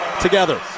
together